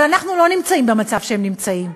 אבל אנחנו לא נמצאים במצב שבו הם נמצאים.